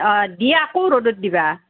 অঁ দি আকৌ ৰ'দত দিবা